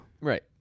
Right